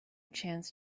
chance